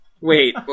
Wait